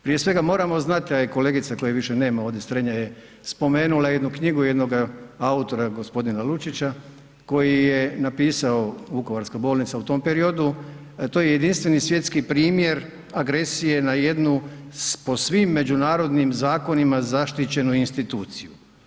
Prije svega moramo znati, a i kolegice koje više nema ovdje Strenja je spomenula jednu knjigu jednoga autora gospodina Lučića koji je napisao Vukovarska bolnica u tom periodu, to je jedinstveni svjetski primjer agresije na jednu po svim međunarodnim zakonima zaštićenu instituciju.